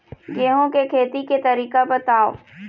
गेहूं के खेती के तरीका बताव?